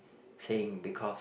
saying because